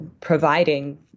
providing